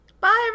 Bye